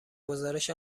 گزارش